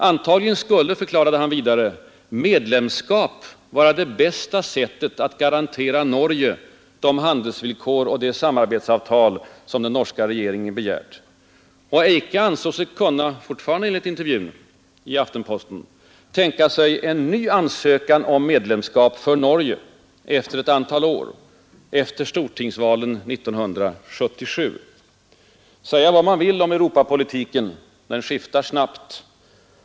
Antagligen skulle — förklarade han vidare — ”medlemskap vara det bästa sättet att garantera Norge de handelsvillkor och det samarbetsavtal som den norska regeringen begärt”. Och Eika ansåg sig kunna — fortfarande enligt intervjun i Aftenposten — tänka sig en ny ansökan om medlemskap för Norge efter ett antal år — efter stortingsvalet 1977. Säga vad man vill om Europapolitiken; den skiftar snabbt.